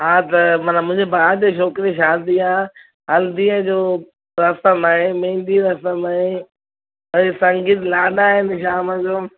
हा त माना मुंहिंजे भाउ जी छोकिरी जी शादी आहे हल्दीअ जो रसम आहे मेंदी रसम आहे ऐं संगीत लाॾा आहिनि शाम जो